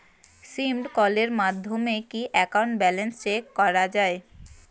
Missed কলের মাধ্যমে কি একাউন্ট ব্যালেন্স চেক করা যায়?